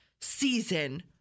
season